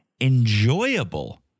Enjoyable